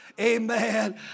Amen